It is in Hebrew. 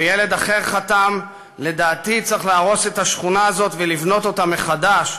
וילד אחד חתם: לדעתי צריך להרוס את השכונה הזאת ולבנות אותה מחדש,